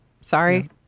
sorry